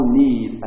need